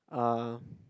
uh